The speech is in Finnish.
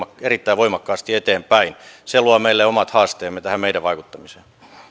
erittäin voimakkaasti eteenpäin se luo meille omat haasteemme tähän meidän vaikuttamiseen